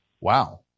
Wow